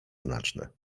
znaczne